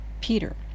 Peter